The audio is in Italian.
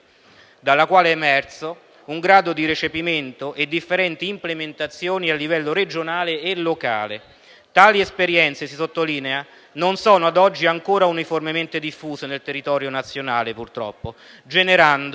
dalla quale è emerso un diverso grado di recepimento e differenti implementazioni a livello regionale e locale; tali esperienze, si sottolinea, non sono ad oggi ancora uniformemente diffuse nel territorio nazionale, generando